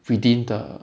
within the